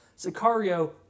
Sicario